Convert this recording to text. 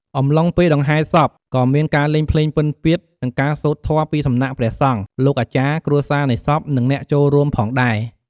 អំឡុងពេលដង្ហែរសពក៏មានការលេងភ្លេងពិណពាទ្យ និងការសូត្រធម៌ពីសំណាក់ព្រះសង្ឃ លោកអាចារ្យ គ្រួសារនៃសព និងអ្នកចូលរួមផងដែរ។